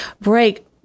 break